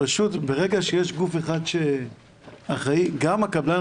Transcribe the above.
פשוט ברגע שיש גוף אחד שאחראי גם הקבלן